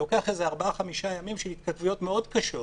לוקחים ארבעה-חמישה ימים של התכתבויות מאוד קשות